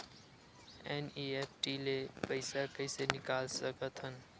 NEFT ले पईसा कइसे निकाल सकत हन?